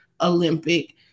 Olympic